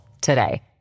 today